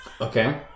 Okay